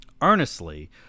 Earnestly